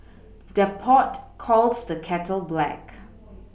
the pot calls the kettle black